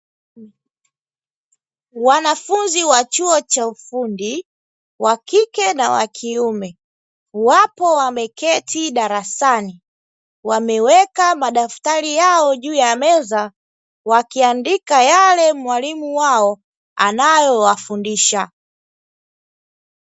Wanafunzi wa chuo cha ufundi wakike na wakiume, wapo wameketi darasani wameweka madaftari yao juu ya meza wakiandika yale mwalimu wao anayowafundisha.